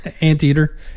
anteater